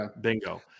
bingo